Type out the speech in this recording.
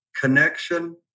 connection